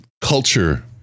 culture